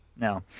No